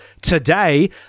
Today